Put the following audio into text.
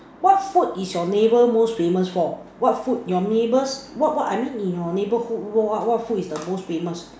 what food is your neighbour most famous for what food your neighbours what what I mean in your neighbourhood what food is the most famous